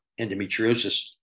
endometriosis